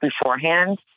beforehand